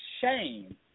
shame